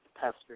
Pastor